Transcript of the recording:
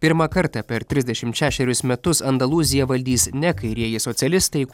pirmą kartą per trisdešimt šešerius metus andalūziją valdys ne kairieji socialistai